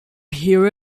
hear